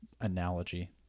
analogy